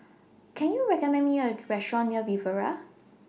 Can YOU recommend Me A Restaurant near Riviera